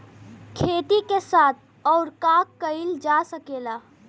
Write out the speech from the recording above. खेती के साथ अउर का कइल जा सकेला?